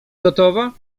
gotowa